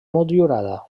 motllurada